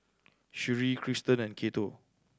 Sherree Krysten and Cato